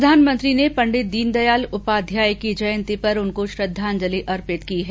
प्रधानमंत्री ने पंडित दीनदयाल उपाध्याय की जयंती पर उनको श्रद्वांजलिअर्पित की है